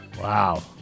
Wow